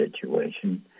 situation